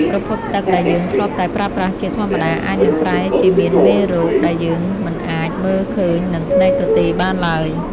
ប្រភពទឹកដែលយើងធ្លាប់តែប្រើប្រាស់ជាធម្មតាអាចនឹងប្រែជាមានមេរោគដែលយើងមិនអាចមើលឃើញនឹងភ្នែកទទេបានឡើយ។